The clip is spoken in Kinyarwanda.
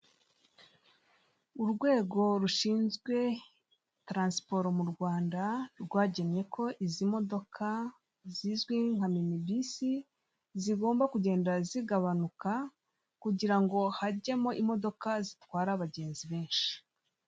Urwego rushinzwe tiransiporo mu Rwanda rwagennye ko izi modoka zizwi nka minibisi zigomba kugenda zigabanuka, kugira ngo hajyemo imodoka zitwara abagenzi benshi.